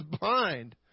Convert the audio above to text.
blind